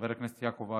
חבר הכנסת יעקב אשר,